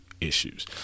issues